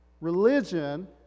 religion